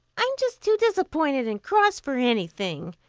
i'm just too disappointed and cross for anything,